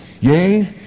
Yea